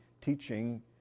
teaching